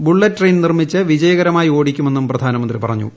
bullet train നിർമ്മിച്ച് വിജയകരമായി ഓടിക്കുമെന്നും പ്രധാനമന്ത്രി പറഞ്ഞു